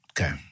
Okay